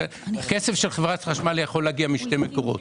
כסף של חברת חשמל יכול להגיע משני מקורות